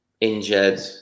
injured